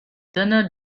dinner